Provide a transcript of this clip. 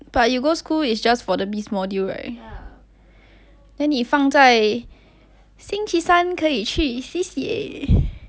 but you go school is just for the biz module right then 你放在星期三可以去 C_C_A